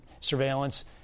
surveillance